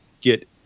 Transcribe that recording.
get